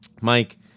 Mike